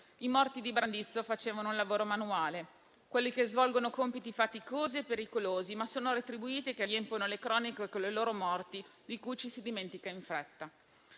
I morti di Brandizzo facevano un lavoro manuale, quelli che svolgono compiti faticosi e pericolosi, ma retribuiti, e che riempiono le cronache con le loro morti, di cui ci si dimentica in fretta.